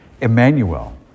Emmanuel